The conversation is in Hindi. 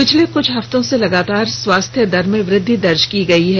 पिछले कुछ हफ्तों से लगातार स्वास्थ्य दर में वृद्वि दर्ज की गई है